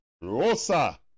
Rosa